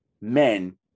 men